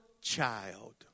child